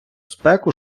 спеку